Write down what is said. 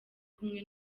kumwe